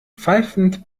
pfeifend